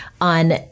on